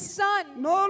son